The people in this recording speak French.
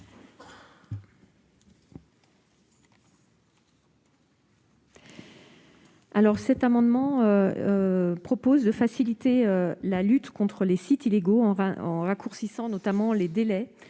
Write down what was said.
Cet amendement vise à faciliter la lutte contre les sites illégaux en raccourcissant notamment les délais